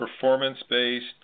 performance-based